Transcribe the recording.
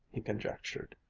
he conjectured,